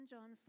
John